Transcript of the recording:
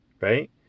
right